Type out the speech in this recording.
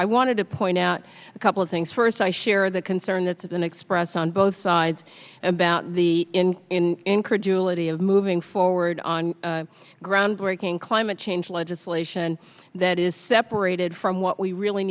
i wanted to point out a couple of things first i share the concern that there's an express on both sides about the in in incredulity of moving forward on groundbreaking climate change legislation that is separated from what we really